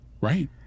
Right